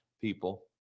people